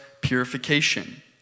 purification